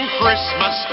Christmas